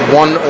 one